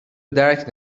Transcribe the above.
درک